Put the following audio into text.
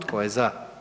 Tko je za?